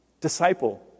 Disciple